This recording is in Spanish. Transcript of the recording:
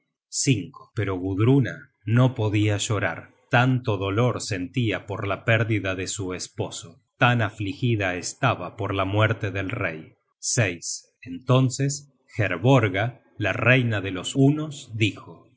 sobrevivido pero gudruna no podia llorar tanto dolor sentia por la pérdida de su esposo tan afligida estaba por la muerte del rey entonces herborga la reina de los hunos dijo